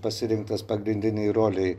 pasirinktas pagrindinei rolei